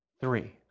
Three